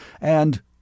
and—